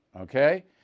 Okay